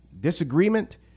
disagreement